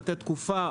לתת תקופה.